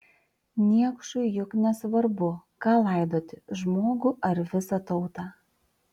niekšui juk nesvarbu ką laidoti žmogų ar visą tautą